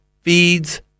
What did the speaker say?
feeds